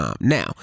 Now